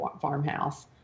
farmhouse